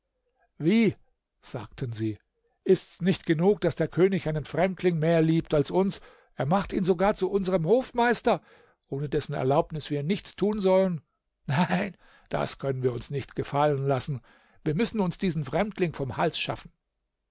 wie sagten sie ist's nicht genug daß der könig einen fremdling mehr liebt als uns er macht ihn sogar zu unserm hofmeister ohne dessen erlaubnis wir nichts tun sollen nein das können wir uns nicht gefallen lassen wir müssen uns diesen fremdling vom hals schaffen